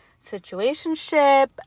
situationship